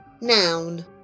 Noun